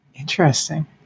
Interesting